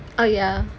ah ya